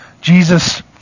Jesus